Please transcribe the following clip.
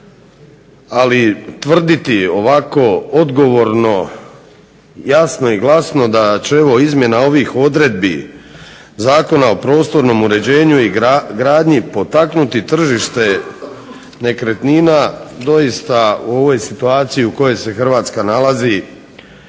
ali tvrditi ovako odgovorno jasno i glasno da će evo izmjena ovih odredbi Zakona o prostornom uređenju i gradnji potaknuti tržište nekretnina doista u ovoj situaciji u kojoj se Hrvatska nalazi